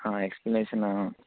ಹಾಂ ಎಕ್ಸ್ಪ್ಲನೇಷನ್ ಹಾಂ